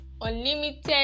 unlimited